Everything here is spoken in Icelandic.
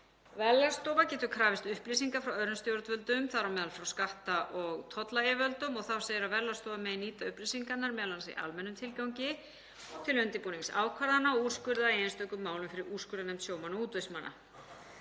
Verðlagsstofa getur krafist upplýsinga frá öðrum stjórnvöldum, þar á meðal frá skatta- og tollayfirvöldum. Þá segir að Verðlagsstofa megi nýta upplýsingarnar, m.a. í almennum tilgangi, til undirbúnings ákvarðana og úrskurða í einstökum málum fyrir úrskurðarnefnd sjómanna og útvegsmanna.